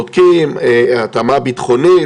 בודקים התאמה ביטחונית,